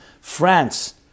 France